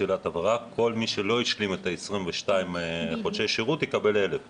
כל מי שלא השלים 22 חודשי שירות יקבל 1,000 שקלים.